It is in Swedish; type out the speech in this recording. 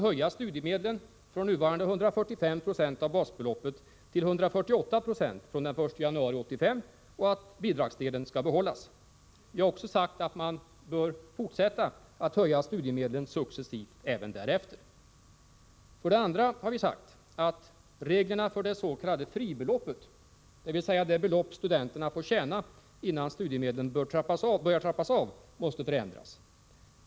Höj studiemedlen från nuvarande 145 96 av basbeloppet till 148 96 från den 1 januari 1985 och behåll bidragsdelen. Fortsätt sedan att höja studiemedlen successivt även därefter. 2. Reglerna för det s.k. fribeloppet, dvs. det belopp studenterna får tjäna innan studiemedlen börjar trappas av, måste förändras.